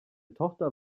tochter